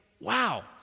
wow